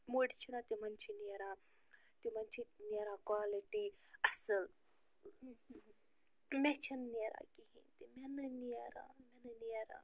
موٚٹۍ چھِنہ تِمن چھِ نیران تِمن چھِ نیران کالٹی اصٕل مےٚ چھِنہٕ نیران کِہیٖنۍ تہِ مےٚ نہٕ نیران مےٚ نہٕ نیران